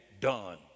done